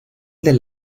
del